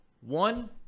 One